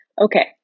okay